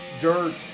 dirt